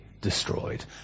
destroyed